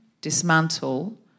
dismantle